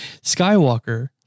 Skywalker